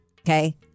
Okay